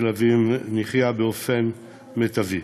באופן מיטבי.